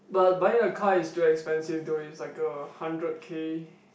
but buying a car is too expensive though it's like a hundred k